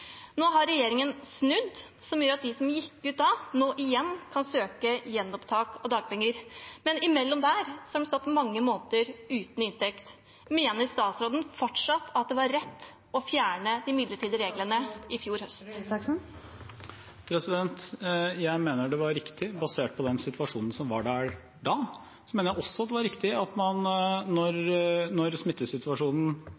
Nå har regjeringen snudd, noe som gjør at de som gikk ut da, nå igjen kan søke om gjenopptak av dagpenger. Men imellom der har man stått mange måneder uten inntekt. Mener statsråden fortsatt at det var rett å fjerne de midlertidige reglene i fjor høst? Jeg mener det var riktig basert på den situasjonen som var da. Jeg mener også det var riktig da smittesituasjonen fortsatte og ble som den ble, at